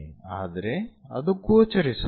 ಆದರೆ ಅದು ಗೋಚರಿಸುತ್ತಿದೆ